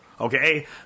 Okay